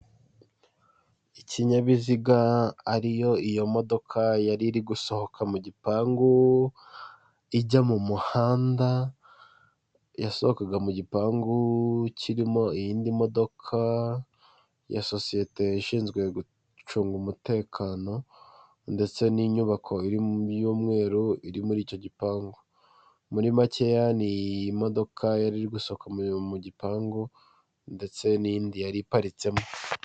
Ikinyabiziga ariyo iyo modoka yari iri gusohoka mu gipangu ijya mu muhanda, yasohokaga mu gipangu kirimo iyindi modoka ya sosiyete ishinzwe gucunga umutekano ndetse n'inyubako irimo y'umweru iri muri icyo gipangu, muri makeya ni modoka yari iri gusoka mu gipangu ndetse n'yindi yari iparitsemo.